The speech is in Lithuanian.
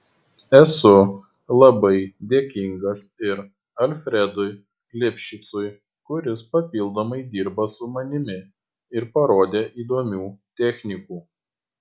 esu labai dėkingas ir alfredui lifšicui kuris papildomai dirba su manimi ir parodė įdomių technikų